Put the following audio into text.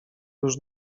już